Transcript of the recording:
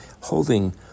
holding